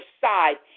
side